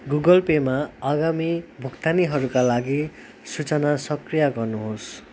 Google पेमा आगामी भुक्तानीहरूका लागि सूचना सक्रिय गर्नुहोस्